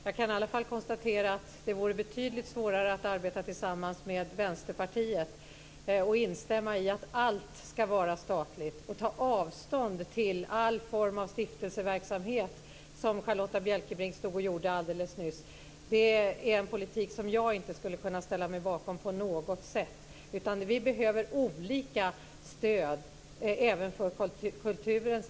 Jag kan i alla fall konstatera att det vore betydligt svårare att arbeta tillsammans med Vänsterpartiet - att instämma i att allt ska vara statligt och ta avstånd från all form av stiftelseverksamhet, som Charlotta Bjälkebring stod och gjorde alldeles nyss. Det är en politik som jag inte skulle kunna ställa mig bakom på något sätt. Vi behöver olika stöd även för kulturen.